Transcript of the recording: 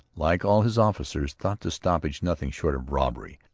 like all his officers, thought the stoppage nothing short of robbery.